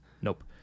Nope